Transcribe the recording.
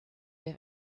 have